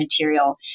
material